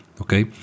Okay